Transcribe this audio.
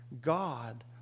God